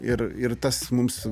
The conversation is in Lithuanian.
ir ir tas mums